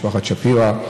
למשפחת שפירא,